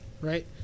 right